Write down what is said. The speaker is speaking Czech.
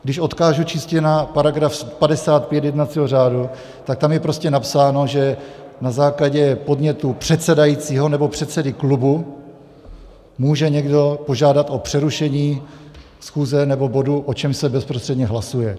Když odkážu čistě na § 55 jednacího řádu, tak tam je prostě napsáno, že na základě podnětu předsedajícího nebo předsedy klubu může někdo požádat o přerušení schůze nebo bodu, o čem se bezprostředně hlasuje.